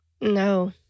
No